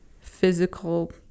Physical